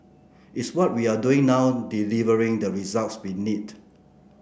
is what we are doing now delivering the results we need